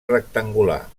rectangular